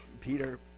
Peter